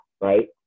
right